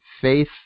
faith